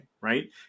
right